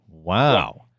Wow